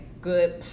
Good